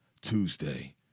Tuesday